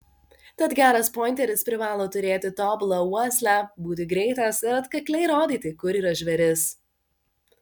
tad geras pointeris privalo turėti tobulą uoslę būti greitas ir atkakliai rodyti kur yra žvėris